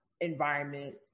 environment